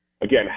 again